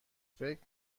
فکر